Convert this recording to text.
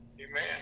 Amen